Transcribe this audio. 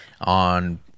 On